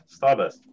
Starburst